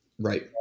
Right